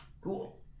Cool